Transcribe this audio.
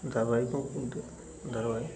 धरवाहिकों को ध धरवाहिक